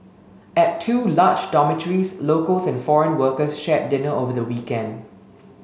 at two large dormitories locals and foreign workers shared dinner over the weekend